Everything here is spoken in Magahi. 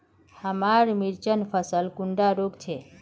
हमार मिर्चन फसल कुंडा रोग छै?